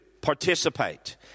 Participate